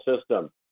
system